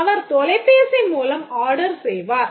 அவர் தொலைபேசி மூலம் ஆர்டர் செய்வார்